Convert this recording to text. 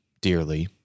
dearly